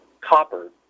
copper